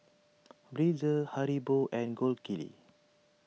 Breezer Haribo and Gold Kili